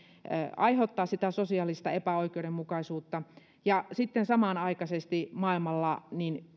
aiheuttaa sitä sosiaalista epäoikeudenmukaisuutta ja sitten samanaikaisesti maailmalla